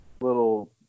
little